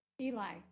Eli